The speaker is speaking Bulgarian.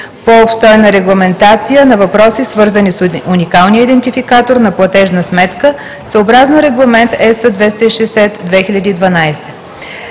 по-обстойна регламентация на въпроси, свързани с уникалния идентификатор на платежна сметка съобразно Регламент (ЕС) 260/2012;